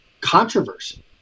controversy